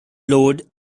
load